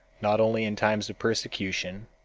not only in times of persecution,